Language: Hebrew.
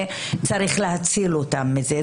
וצריך להציל אותם מזה,